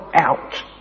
out